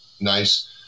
nice